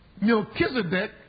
Melchizedek